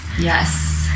Yes